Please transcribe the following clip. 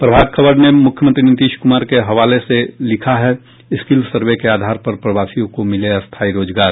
प्रभात खबर ने मुख्यमंत्री नीतीश कुमार के हवाले से लिखा है स्किल सर्वे के आधार पर प्रवासियों को मिले स्थायी रोजगार